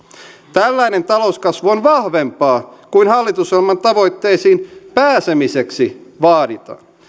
tällainen talouskasvu on vahvempaa kuin hallitusohjelman tavoitteisiin pääsemiseksi vaaditaan